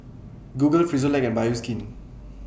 Google Frisolac and Bioskin